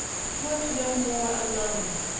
but work no more alone!